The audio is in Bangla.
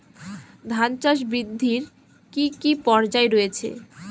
ধান চাষ বৃদ্ধির কী কী পর্যায় রয়েছে?